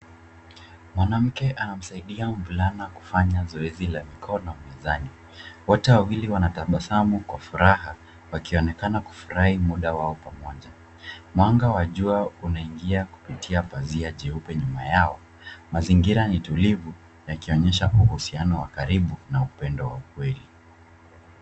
Mwanamke anamsaidia mvulana kufanya zoezi ya mikono mezani. Wote wawili wanatabasamu kwa furaha wakionekana kufurahi muda wao pamoja. Mwanga wa jua unaingia kupitia pazia jeupe nyuma yao. Mazingira ni tulivu, yakionyesha uhusiano wa karibu na upendo wa ukweli.